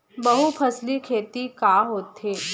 बहुफसली खेती का होथे?